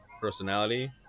personality